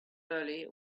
early